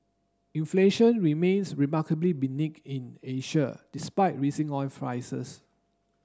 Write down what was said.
inflation remains remarkably in Asia despite rising oil prices